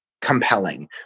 compelling